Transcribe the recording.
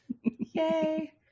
yay